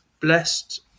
blessed